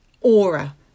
aura